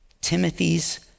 Timothy's